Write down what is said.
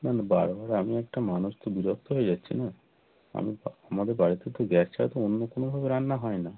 না না বারবার আমিও একটা মানুষ তো বিরক্ত হয়ে যাচ্ছি না আমি আ আমাদের বাড়িতে তো গ্যাস ছাড়া তো অন্য কোনোভাবে রান্না হয় না